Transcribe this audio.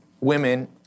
women